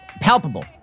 Palpable